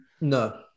no